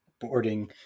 boarding